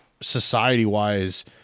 society-wise